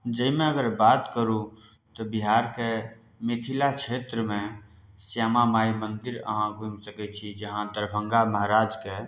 जाहिमे अगर बात करू तऽ बिहारके मिथिला क्षेत्रमे श्यामा माइ मंदिर अहाँ घुमि सकै छी जहाँ दरभङ्गा महाराजके